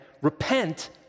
Repent